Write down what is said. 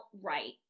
right